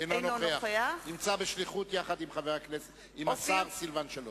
אינו נוכח נמצא בשליחות יחד עם השר סילבן שלום.